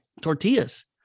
tortillas